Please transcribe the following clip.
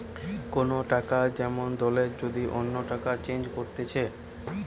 কোন টাকা যেমন দলের যদি অন্য টাকায় চেঞ্জ করতিছে